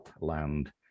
land